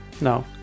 no